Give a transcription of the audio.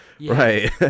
right